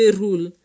rule